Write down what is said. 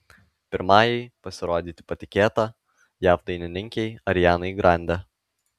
pirmajai pasirodyti patikėta jav dainininkei arianai grande